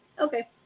Okay